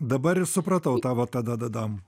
dabar ir supratau tavo ta da da dam